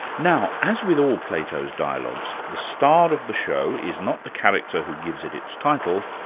now, as with all plato's dialogues, the star of the show is not the character who gives it its title,